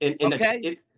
okay